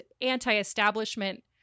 anti-establishment